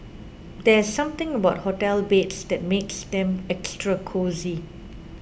there's something about hotel beds that makes them extra cosy